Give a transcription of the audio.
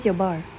where's your bar